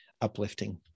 uplifting